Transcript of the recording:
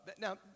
Now